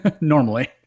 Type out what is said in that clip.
normally